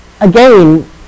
Again